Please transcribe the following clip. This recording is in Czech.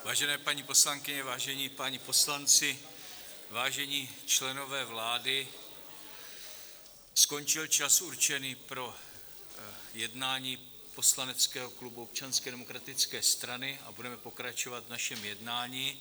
Vážené paní poslankyně, vážení páni poslanci, vážení členové vlády, skončil čas určený pro jednání poslaneckého klubu Občanské demokratické strany a budeme pokračovat v našem jednání.